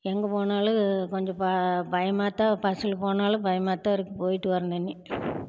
எங்கே போனாலும் கொஞ்சம் ப பயமாகத் தான் பஸ்ஸில் போனாலும் பயமாகத் தான் இருக்கும் போய்ட்டு வர்ற மின்னேயும்